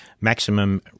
maximum